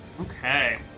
Okay